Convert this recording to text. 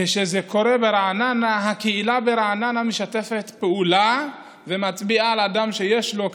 כשזה קורה ברעננה הקהילה ברעננה משתפת פעולה ומצביעה על אדם שיש לו,